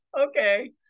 okay